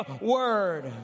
word